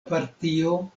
partio